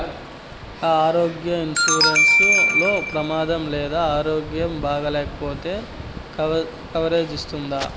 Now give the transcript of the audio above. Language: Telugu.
ఈ ఆరోగ్య ఇన్సూరెన్సు లో ప్రమాదం లేదా ఆరోగ్యం బాగాలేకపొతే కవరేజ్ ఇస్తుందా?